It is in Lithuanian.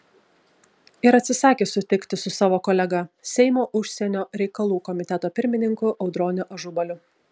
ir atsisakė susitikti su savo kolega seimo užsienio reikalų komiteto pirmininku audroniu ažubaliu